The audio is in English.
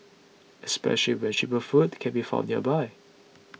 especially when cheaper food can be found nearby